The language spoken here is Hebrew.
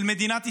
של מדינת ישראל,